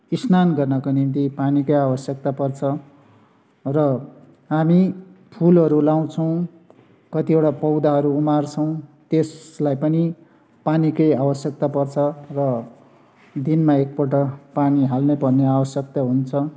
स्नान गर्नको निम्ति पानीकै आवश्यक्ता पर्छ र हामी फुलहरू लाउछौँ कतिवटा पौदाहरू उमार्छौँ त्यसलाई पनि पानीकै आवश्यक्ता पर्छ र दिनमा एकपल्ट पानी हाल्नै पर्ने आवश्यक्ता हुन्छ